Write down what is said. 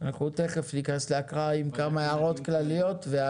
אנחנו תיכף נכנס להקראה עם כמה הערות כלליות.